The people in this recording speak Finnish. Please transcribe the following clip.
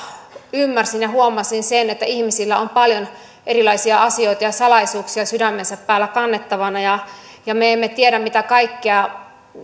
ymmärsin ja huomasin sen että ihmisillä on paljon erilaisia asioita ja salaisuuksia sydämensä päällä kannettavana me emme tiedä mitä kaikkea